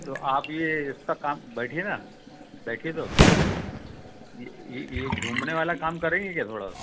तो आप ये इसका काम बैठिए ना बैठिए तो ये घूमने वाला काम करेंगे क्या थोड़ा सा